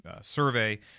survey